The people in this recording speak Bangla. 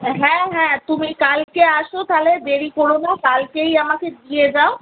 হ্যাঁ হ্যাঁ তুমি কালকে আসো তাহলে দেরি করো না কালকেই আমাকে দিয়ে যাও